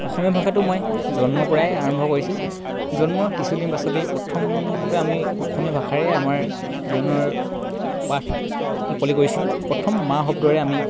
অসমীয়া ভাষাটো মই জন্মৰ পৰাই আৰম্ভ কৰিছোঁ জন্মৰ কিছুদিন পাছতেই প্ৰথমতে আমি অসমীয়া ভাষাৰে আমাৰ জীৱনৰ পাঠ মুকলি কৰিছিলোঁ প্ৰথম মা শব্দৰে আমি